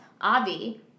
Avi